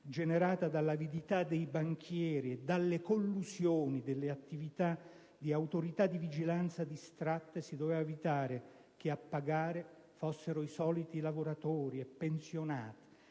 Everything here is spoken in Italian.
generata dall'avidità dei banchieri e dalle collusioni delle attività di autorità di vigilanza distratte, si doveva evitare che a pagare fossero i soliti lavoratori e pensionati,